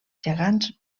gegants